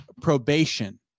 probation